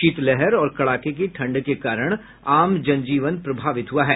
शीतलहर और कड़ाके की ठंड के कारण आम जनजीवन प्रभावित हुआ है